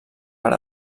per